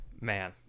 man